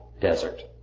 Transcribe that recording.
Desert